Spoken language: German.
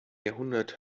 jahrhundert